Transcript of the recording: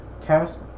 cast